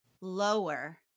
lower